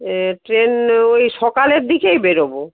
এ train ওই সকালের দিকেই বেরোবো